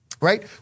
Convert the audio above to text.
Right